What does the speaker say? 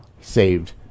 saved